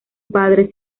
padre